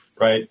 right